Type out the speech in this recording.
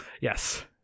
Yes